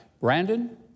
Brandon